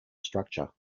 structure